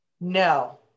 No